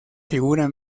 figura